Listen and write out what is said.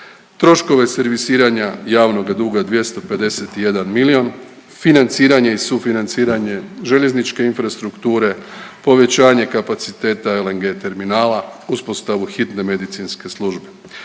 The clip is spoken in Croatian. troškove servisiranja javnoga duga 251 milion, financiranje i sufinanciranje željezničke infrastrukture, povećanje kapaciteta LNG terminala, uspostavu hitne medicinske službe.